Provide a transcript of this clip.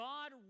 God